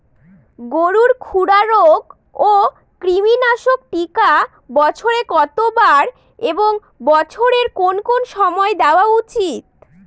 গরুর খুরা রোগ ও কৃমিনাশক টিকা বছরে কতবার এবং বছরের কোন কোন সময় দেওয়া উচিৎ?